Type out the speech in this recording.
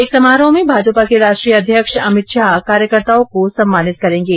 एक समारोह में भाजपा के राष्ट्रीय अध्यक्ष अमित शाह कार्यकर्ताओ को सम्मानित करेंगे